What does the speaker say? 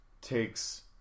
Takes